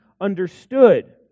understood